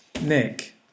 Nick